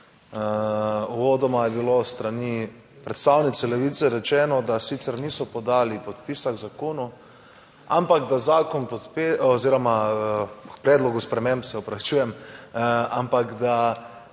Uvodoma je bilo s strani predstavnice Levice rečeno, da sicer niso podali podpisa k zakonu, ampak da zakon podpirajo oziroma k predlogu sprememb, se opravičujem, ampak da